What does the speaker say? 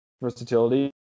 versatility